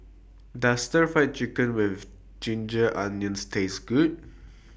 Does Stir Fry Chicken with Ginger Onions Taste Good